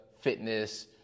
fitness